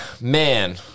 man